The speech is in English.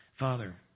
Father